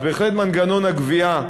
אז בהחלט מנגנון הגבייה,